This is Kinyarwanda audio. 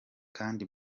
kandi